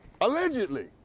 allegedly